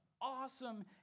awesome